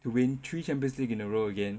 to win three champions league in a row again